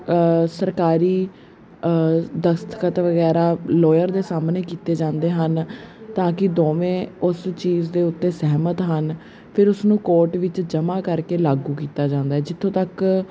ਸਰਕਾਰੀ ਦਸਤਖਤ ਵਗੈਰਾ ਲੋਇਰ ਦੇ ਸਾਹਮਣੇ ਕੀਤੇ ਜਾਂਦੇ ਹਨ ਤਾਂ ਕਿ ਦੋਵੇਂ ਉਸ ਚੀਜ਼ ਦੇ ਉੱਤੇ ਸਹਿਮਤ ਹਨ ਫਿਰ ਉਸਨੂੰ ਕੋਰਟ ਵਿੱਚ ਜਮ੍ਹਾਂ ਕਰਕੇ ਲਾਗੂ ਕੀਤਾ ਜਾਂਦਾ ਹੈ ਜਿੱਥੋਂ ਤੱਕ